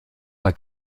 bei